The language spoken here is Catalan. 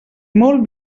molt